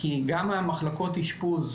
כי גם המחלקות אשפוז,